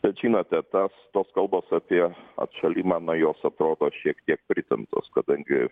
bet žinote tas tos kalbos apie atšalimą na jos atrodo šiek tiek pritemptos kadangi